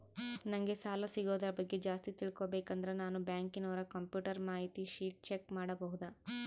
ನಂಗೆ ಸಾಲ ಸಿಗೋದರ ಬಗ್ಗೆ ಜಾಸ್ತಿ ತಿಳಕೋಬೇಕಂದ್ರ ನಾನು ಬ್ಯಾಂಕಿನೋರ ಕಂಪ್ಯೂಟರ್ ಮಾಹಿತಿ ಶೇಟ್ ಚೆಕ್ ಮಾಡಬಹುದಾ?